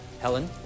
Helen